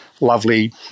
lovely